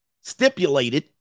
stipulated